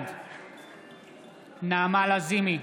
בעד נעמה לזימי,